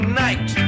night